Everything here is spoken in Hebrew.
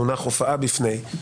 המונח הוא הופעה בפני הוועדה.